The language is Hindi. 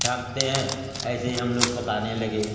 ढांकते हैं ऐसे ही हम लोग पकाने लगे